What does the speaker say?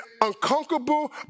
unconquerable